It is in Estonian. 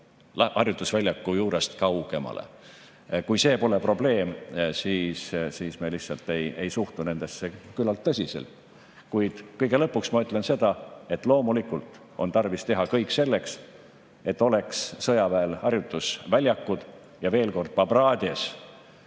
harjutusväljaku juurest kaugemale. Kui see pole probleem, siis me lihtsalt ei suhtu nendesse [inimestesse] küllalt tõsiselt. Kuid kõige lõpuks ma ütlen seda, et loomulikult on tarvis teha kõik selleks, et sõjaväel oleks harjutusväljakud. Veel kord: Pabradės